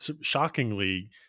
shockingly